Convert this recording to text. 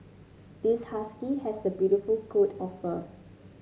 this husky has a beautiful coat of fur